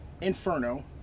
Inferno